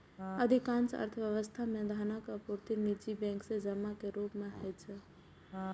अधिकांश अर्थव्यवस्था मे धनक आपूर्ति निजी बैंक सं जमा के रूप मे होइ छै